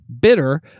bitter